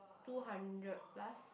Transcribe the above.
two hundred plus